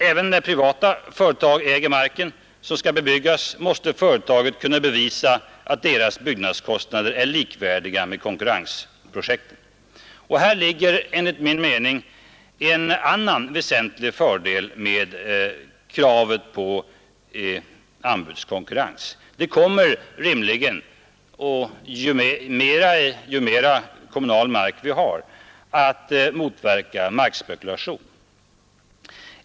Även när privata företag äger den mark som skall bebyggas måste företagen kunna bevisa att deras byggnadskostnader är likvärdiga med konkurrensprojektens. Och här ligger enligt min mening en annan väsentlig fördel med kravet på anbudskonkurrens. Det kommer rimligen — och mera ju mer kommunal mark vi har — att motverka markspekulation.